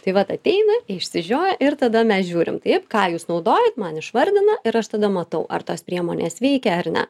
tai vat ateina išsižioja ir tada mes žiūrim taip ką jūs naudojat man išvardina ir aš tada matau ar tos priemonės veikia ar ne